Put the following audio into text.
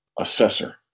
assessor